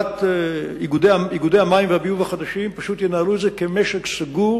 איגודי המים והביוב החדשים פשוט ינהלו את זה כמשק סגור,